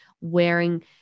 wearing